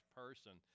person